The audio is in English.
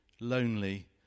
lonely